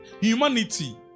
Humanity